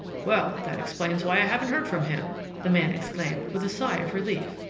well, that explains why i haven't heard from him! the man exclaimed, with a sigh of relief.